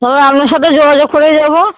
তাহলে আপনার সাথে যোগাযোগ করে যাবো